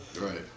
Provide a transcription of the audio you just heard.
Right